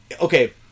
Okay